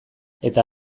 eta